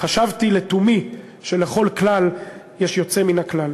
חשבתי לתומי שלכל כלל יש יוצא מן הכלל.